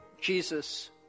Jesus